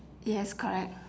yes correct